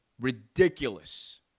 Ridiculous